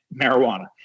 marijuana